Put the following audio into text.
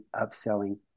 upselling